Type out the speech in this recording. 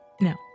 No